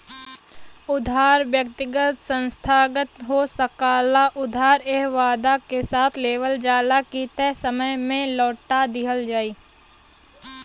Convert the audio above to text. उधार व्यक्तिगत संस्थागत हो सकला उधार एह वादा के साथ लेवल जाला की तय समय में लौटा दिहल जाइ